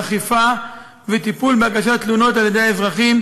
אכיפה וטיפול בהגשת תלונות על-ידי האזרחים,